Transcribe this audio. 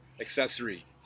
accessory